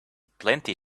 plenty